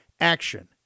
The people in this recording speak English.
Action